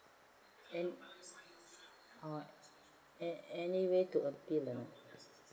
an~ oh a~ anyway to appeal or not